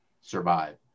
survive